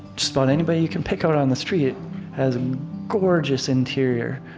just about anybody you can pick out on the street has a gorgeous interior.